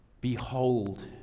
Behold